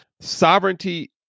Sovereignty